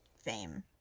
fame